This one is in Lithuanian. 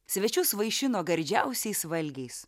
svečius vaišino gardžiausiais valgiais